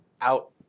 out